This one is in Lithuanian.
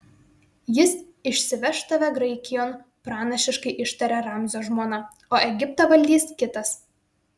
jis išsiveš tave graikijon pranašiškai ištarė ramzio žmona o egiptą valdys kitas